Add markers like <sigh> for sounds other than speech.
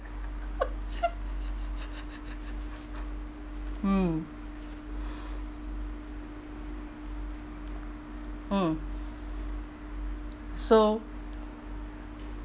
<laughs> mm mm so